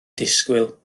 disgwyl